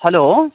hello